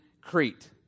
Crete